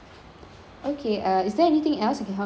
okay uh is there anything else I can help you with